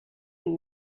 und